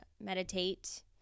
meditate